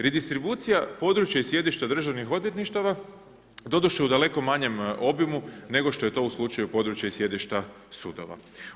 Redistribucija područja i sjedišta državnih odvjetništava doduše u daleko manjem obimu, nego što je to u slučaju područja i sjedišta sudova.